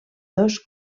dos